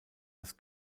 das